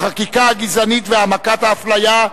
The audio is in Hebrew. החקיקה הגזענית והעמקת האפליה,